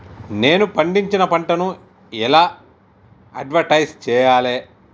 నేను పండించిన పంటను ఎలా అడ్వటైస్ చెయ్యాలే?